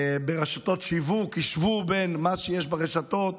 השוו בין מה שיש ברשתות